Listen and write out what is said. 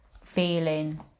feeling